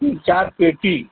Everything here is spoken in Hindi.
तीन चार पेटी